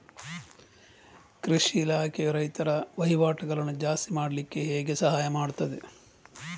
ಕೃಷಿ ಇಲಾಖೆಯು ರೈತರ ವಹಿವಾಟುಗಳನ್ನು ಜಾಸ್ತಿ ಮಾಡ್ಲಿಕ್ಕೆ ಹೇಗೆ ಸಹಾಯ ಮಾಡ್ತದೆ?